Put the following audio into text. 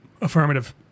Affirmative